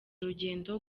rugendo